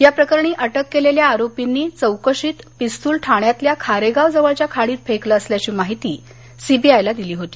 या प्रकरणी अटक केलेल्या आरोपींनी चौकशीत पिस्तूल ठाण्यातल्या खारेगाव जवळच्या खाडीत फेकलं असल्याची माहिती सीबीआयला दिली होती